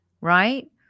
right